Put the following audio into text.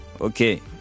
Okay